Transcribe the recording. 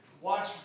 watch